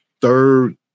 third